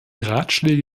ratschläge